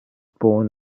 born